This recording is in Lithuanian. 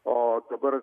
o dabar